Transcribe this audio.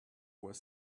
were